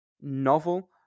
novel